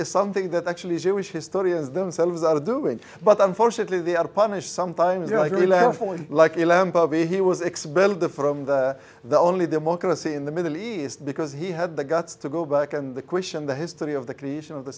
is something that actually jewish historians themselves out of doing but unfortunately they are punished sometimes like the lamp of a he was expelled the from the the only democracy in the middle east because he had the guts to go back and the question the history of the creation of the